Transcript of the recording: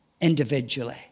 individually